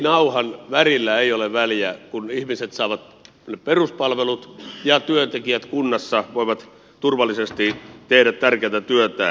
tilinauhan värillä ei ole väliä kun ihmiset saavat peruspalvelut ja työntekijät kunnassa voivat turvallisesti tehdä tärkeätä työtään